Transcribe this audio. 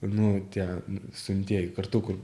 nu tie suimtieji kartu kur